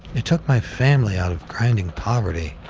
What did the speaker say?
it took my family out of grinding poverty.